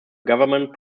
government